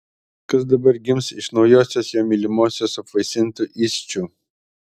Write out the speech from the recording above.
kas dabar gims iš naujosios jo mylimosios apvaisintų įsčių